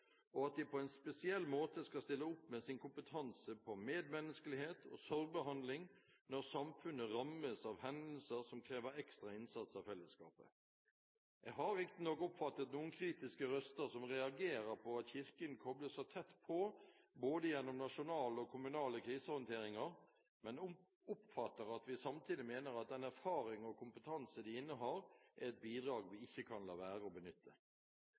og at de på en spesiell måte skal stille opp med sin kompetanse på medmenneskelighet og sorgbehandling når samfunnet rammes av hendelser som krever ekstra innsats av fellesskapet. Jeg har riktignok oppfattet noen kritiske røster som reagerer på at Kirken kobles så tett på gjennom både nasjonale og kommunale krisehåndteringer, men oppfatter at vi samtidig mener at den erfaring og kompetanse de innehar, er et bidrag vi ikke kan la være å benytte.